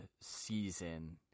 season